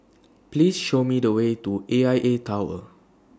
Please Show Me The Way to A I A Tower